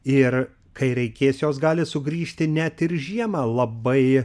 ir kai reikės jos gali sugrįžti net ir žiemą labai